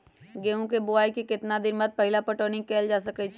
गेंहू के बोआई के केतना दिन बाद पहिला पटौनी कैल जा सकैछि?